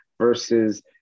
versus